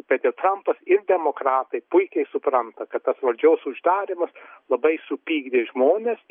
kad ir trampas ir demokratai puikiai supranta kad tas valdžios uždarymas labai supykdė žmones